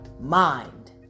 mind